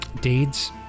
deeds